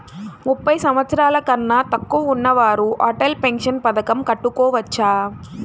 ముప్పై సంవత్సరాలకన్నా తక్కువ ఉన్నవారు అటల్ పెన్షన్ పథకం కట్టుకోవచ్చా?